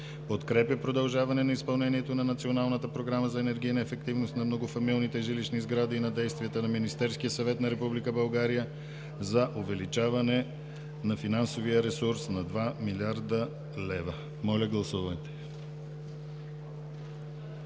Подкрепя продължаване на изпълнението на Националната програма за енергийна ефективност на многофамилните жилищни сгради и на действията на Министерския съвет на Република България за увеличаване на финансовия ресурс на 2 млрд. лв.“ Моля, гласувайте.